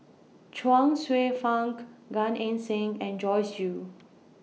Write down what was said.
Chuang Hsueh Fang Gan Eng Seng and Joyce Jue